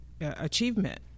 achievement